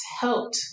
helped